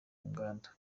nganda